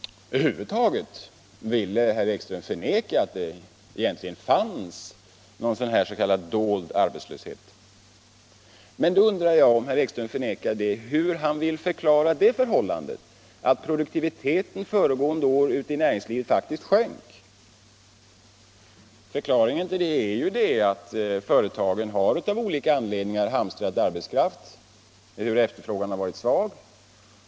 Över huvud taget ville herr Ekström förneka att det fanns någon dold arbetslöshet. Om herr Ekström förnekar det undrar jag hur han vill förklara förhållandet att produktiviteten inom näringslivet föregående år faktiskt sjönk. Förklaringen till det är ju att företagen av olika anledningar har hamstrat arbetskraft, ehuru efterfrågan varit svag.